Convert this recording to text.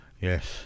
yes